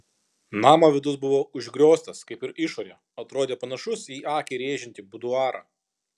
namo vidus buvo užgrioztas kaip ir išorė atrodė panašus į akį rėžiantį buduarą